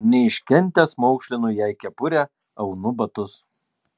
neiškentęs maukšlinu jai kepurę aunu batus